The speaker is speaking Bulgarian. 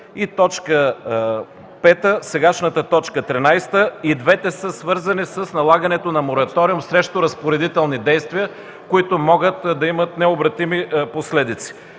и точка пета – сегашната точка тринадесета. И двете са свързани с налагането на мораториум срещу разпоредителни действия, които могат да имат необратими последици.